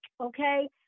okay